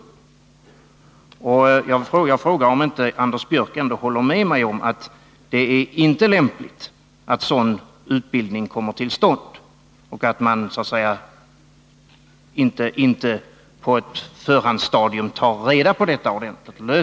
Håller inte Anders Björck med mig om att det inte är lämpligt att sådan utbildning kommer till stånd, och att man på ett förhandsstadium borde ta reda på detta ordentligt?